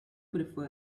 prefer